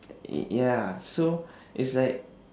ya so it's like